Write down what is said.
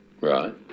Right